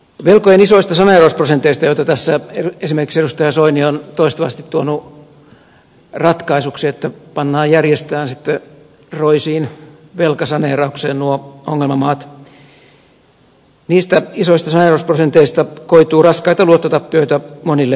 velkojen isoista saneerausprosenteista joita tässä esimerkiksi edustaja soini on toistuvasti tuonut ratkaisuksi että pannaan järjestään sitten roisiin velkasaneeraukseen nuo ongelmamaat koituu raskaita luottotappioita monille rahoituslaitoksille